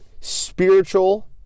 spiritual